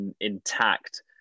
intact